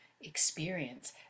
experience